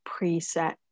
preset